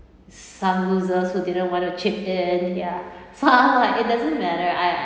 some losers who didn't want to chip in ya so I'm like it doesn't matter I